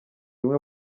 bimwe